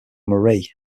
marie